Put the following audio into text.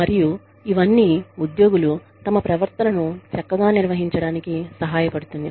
మరియు ఇవన్నీ ఉద్యోగులు తమ ప్రవర్తనను చక్కగా నిర్వహించడానికి సహాయపడుతుంది